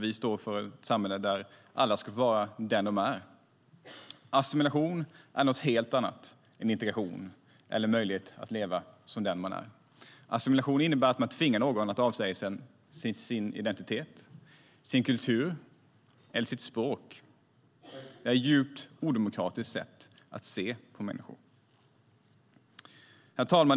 Vi står för ett samhälle där alla ska få vara den de är. STYLEREF Kantrubrik \* MERGEFORMAT Integration och jämställdhetHerr talman!